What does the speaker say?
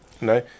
No